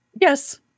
Yes